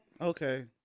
Okay